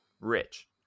Rich